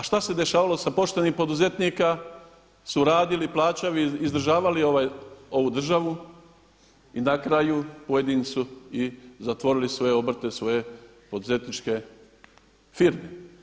A što se dešavalo sa poštenim poduzetnicima koji su radili, plaćali, izdržavali ovu državu i na kraju pojedincu i zatvorili svoje obrte, svoje poduzetničke firme.